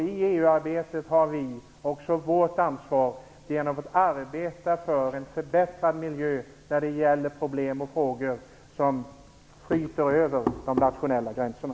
I EU arbetet har vi också vårt ansvar att arbeta för en förbättrad miljö när det gäller problem och frågor som skjuter över de nationella gränserna.